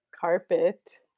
carpet